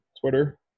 Twitter